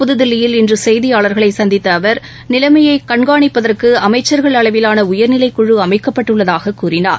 புதுதில்லியில் இன்று செய்தியாளர்களை சந்தித்த அவர் நிலைமையை கண்காணிப்பதற்கு அமைச்சர்கள் அளவிலான உயர்நிலைக் குழு அமைக்கப்பட்டுள்ளதாக கூறினார்